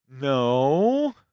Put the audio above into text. No